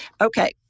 Okay